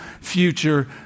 future